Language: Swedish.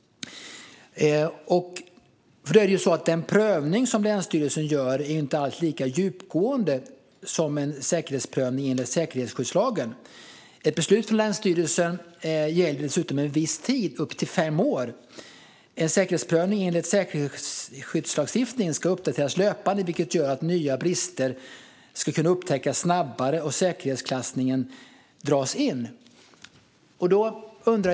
Den prövning som länsstyrelsen gör är inte alls lika djupgående som en säkerhetsprövning enligt säkerhetsskyddslagen. Ett beslut från länsstyrelsen gäller dessutom en viss tid, upp till fem år. En säkerhetsprövning enligt säkerhetsskyddslagen ska uppdateras löpande, vilket gör att nya brister kan upptäckas snabbare och säkerhetsklassningen kan dras in.